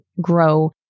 grow